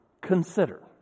consider